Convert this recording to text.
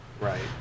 right